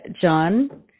John